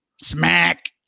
smack